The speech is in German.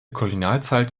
kolonialzeit